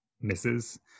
misses